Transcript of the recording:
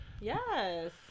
Yes